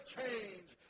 change